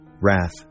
wrath